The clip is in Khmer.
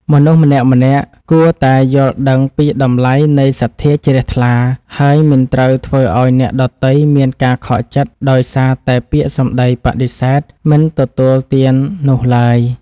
មនុស្សម្នាក់ៗគួរតែយល់ដឹងពីតម្លៃនៃសទ្ធាជ្រះថ្លា ហើយមិនត្រូវធ្វើឱ្យអ្នកដទៃមានការខកចិត្តដោយសារតែពាក្យសម្តីបដិសេធមិនទទួលទាននោះឡើយ។